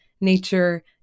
nature